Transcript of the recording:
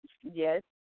yes